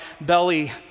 belly